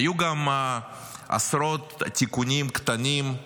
היו גם עשרות תיקונים קטנים,